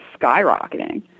skyrocketing